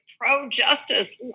pro-justice